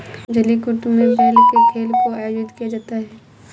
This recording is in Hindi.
जलीकट्टू में बैल के खेल को आयोजित किया जाता है